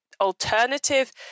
alternative